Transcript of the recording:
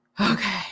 okay